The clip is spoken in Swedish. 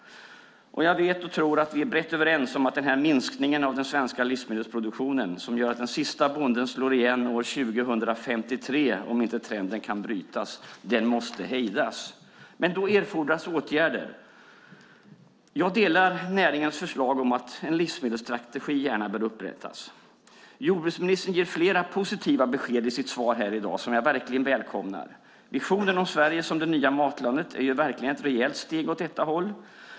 Jag tror att vi är brett överens om att denna minskning av den svenska livsmedelsproduktionen, som gör att den siste bonden kommer att slå igen år 2053 om inte trenden kan brytas, måste hejdas. Men då erfordras åtgärder. Jag delar näringens förslag om att en livsmedelstrategi gärna bör upprättas. Jordbruksministern ger flera positiva besked i sitt svar här i dag, som jag verkligen välkomnar. Visionen om Sverige som det nya matlandet är ju verkligen ett rejält steg åt detta håll.